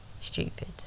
stupid